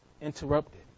interrupted